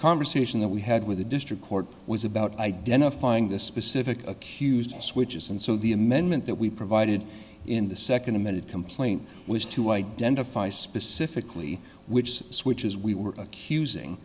conversation that we had with the district court was about identifying the specific accused switches and so the amendment that we provided in the second to minute complaint was to identify specifically which switches we were accusing